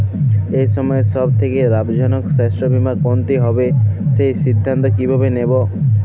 এই সময়ের সব থেকে লাভজনক স্বাস্থ্য বীমা কোনটি হবে সেই সিদ্ধান্ত কীভাবে নেব?